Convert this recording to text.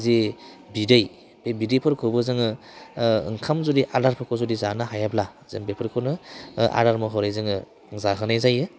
जि बिदै बे बिदैफोरखौबो जोङो ओंखाम जुदि आदारफोरखौ जुदि जानो हायाब्ला जों बेफोरखौनो आदार महरै जोङो जाहोनाय जायो